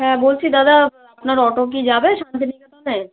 হ্যাঁ বলছি দাদা আপনার অটো কি যাবে শান্তিনিকেতনে